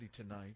tonight